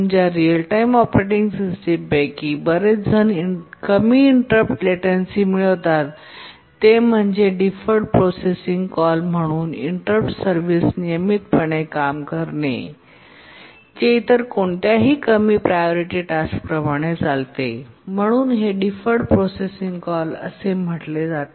ज्या real time operating सिस्टमपैकी बरेचजण कमी इंटरप्ट लेटेंसी मिळवतात ते म्हणजे डिफर्ड प्रोसेसिंग कॉल म्हणून इंटरप्ट सर्विस नियमितपणे काम करणे जे इतर कोणत्याही कमी प्रायोरिटी टास्कप्रमाणे चालते म्हणून हे डिफर्ड प्रोसेसिंग कॉल असे असे म्हणले जाते